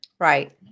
Right